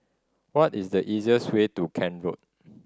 what is the easiest way to Kent Road